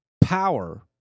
power